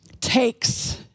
takes